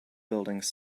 buildings